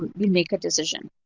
we make a decision.